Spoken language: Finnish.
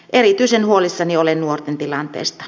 erityisen huolissani olen nuorten tilanteesta